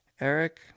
Eric